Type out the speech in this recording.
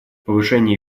повышение